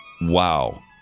Wow